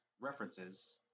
references